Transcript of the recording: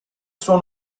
suo